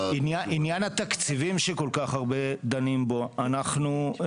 בעניין התקציבים שדנים בהם כל כך הרבה אנחנו מצהירים